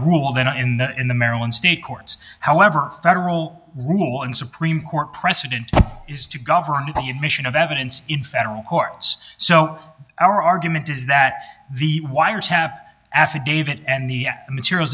rule than in the in the maryland state courts however the federal rule in supreme court precedent is to govern the admission of evidence in federal courts so our argument is that the wires have affidavit and the materials